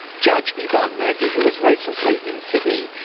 judge yvonne murphy, who was recently in sydney.